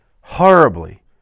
Horribly